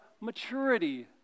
maturity